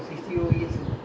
mmhmm